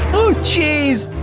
oh geez.